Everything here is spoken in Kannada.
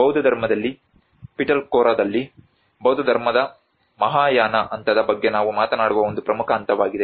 ಬೌದ್ಧಧರ್ಮದಲ್ಲಿ ಪಿಟಲ್ಖೋರಾದಲ್ಲಿ ಬೌದ್ಧಧರ್ಮದ ಮಹಾಯಾನ ಹಂತದ ಬಗ್ಗೆ ನಾವು ಮಾತನಾಡುವ ಒಂದು ಪ್ರಮುಖ ಹಂತವಾಗಿದೆ